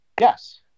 Yes